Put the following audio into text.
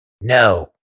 no